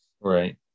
Right